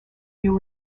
new